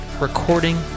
recording